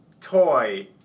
toy